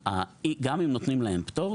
גם אם נותנים להם פטור,